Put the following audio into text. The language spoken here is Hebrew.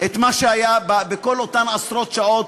את מה שהיה בכל אותן עשרות שעות,